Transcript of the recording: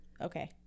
Okay